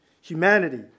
Humanity